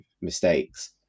mistakes